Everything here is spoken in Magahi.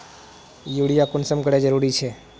यूरिया कुंसम करे जरूरी छै?